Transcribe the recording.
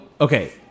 okay